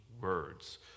words